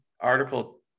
article